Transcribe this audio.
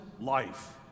life